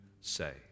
say